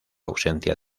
ausencia